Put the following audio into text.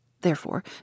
Therefore